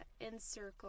InCircle